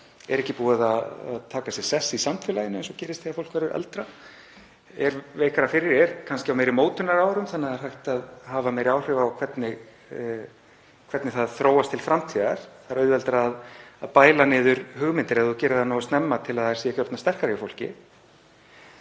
er ekki búið að taka sér sess í samfélaginu eins og gerist þegar fólk verður eldra, er veikara fyrir og er á meiri mótunarárum þannig að hægt er að hafa meiri áhrif á hvernig það þróast til framtíðar. Það er auðveldara að bæla niður hugmyndir ef þú gerir það nógu snemma til að þær séu ekki orðnar sterkar hjá fólki.